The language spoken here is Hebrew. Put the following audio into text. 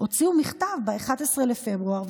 הוציאו מכתב ב-11 בפברואר,